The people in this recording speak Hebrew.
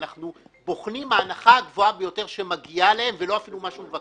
אנחנו בוחנים מה ההנחה הגבוהה ביותר שמגיעה להם ולא ההנחה שהוא מבקש.